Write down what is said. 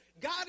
God